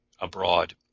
abroad